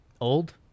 Old